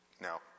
Now